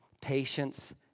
patience